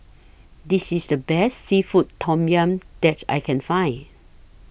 This IS The Best Seafood Tom Yum that I Can Find